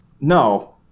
no